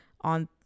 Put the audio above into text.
on